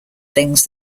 things